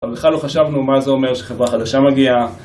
אנחנו בכלל לא חשבנו מה זה אומר שחברה חדשה מגיעה